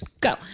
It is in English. go